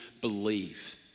believe